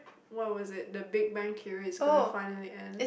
what was it the Big Bang Theory is gonna finally end